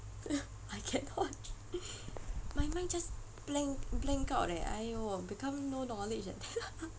I cannot my mind just blank blank out eh !aiyo! become no knowledge eh